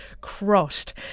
crossed